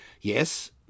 Yes